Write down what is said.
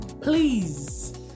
please